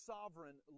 Sovereign